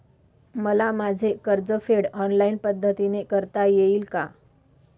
मला माझे कर्जफेड ऑनलाइन पद्धतीने करता येईल का?